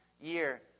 year